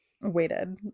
waited